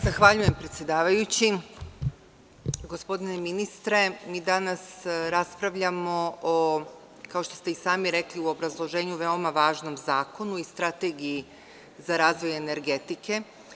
Zahvaljujem predsedavajući, gospodine ministre mi danas raspravljamo o, kao što ste i sami rekli u obrazloženju, veoma važnom Zakonu i Strategiji za razvoj energetike.